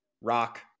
Rock